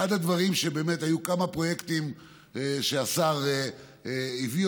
אחד הדברים שבאמת, היו כמה פרויקטים שהשר הביא,